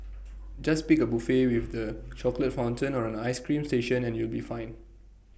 just pick A buffet with the chocolate fountain or an Ice Cream station and you'll be fine